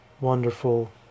wonderful